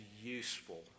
useful